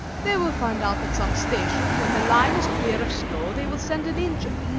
they will find out at some station, and when the line is clear of snow they will send an engine.